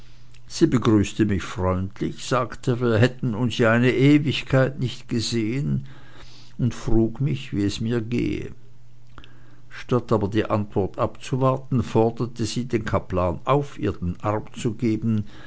sie begrüßte mich freundlich sagte wir hätten uns ja eine ewigkeit nicht gesehen und frug wie es mir gehe statt aber die antwort abzuwarten forderte sie den kaplan auf ihr den arm zu geben